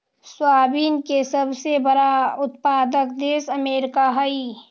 soybean के सबसे बड़ा उत्पादक देश अमेरिका हइ